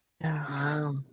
wow